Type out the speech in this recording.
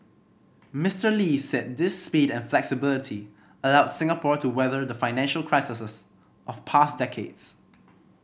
Mister Lee said this speed and flexibility allowed Singapore to weather the financial of past decades